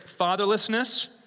Fatherlessness